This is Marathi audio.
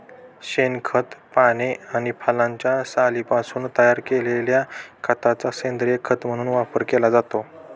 शेणखत, पाने आणि फळांच्या सालींपासून तयार केलेल्या खताचा सेंद्रीय खत म्हणून वापर केला जातो